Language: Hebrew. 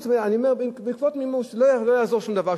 אני אומר בעקבות מימוש, לא יעזור שום דבר.